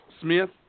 Smith